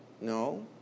No